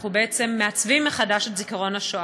אנחנו בעצם מעצבים מחדש את זיכרון השואה.